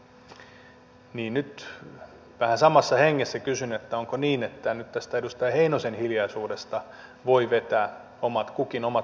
nyt vähän samassa hengessä kysyn onko niin että nyt tästä edustaja heinosen hiljaisuudesta voi vetää kukin omat johtopäätöksensä